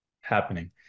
happening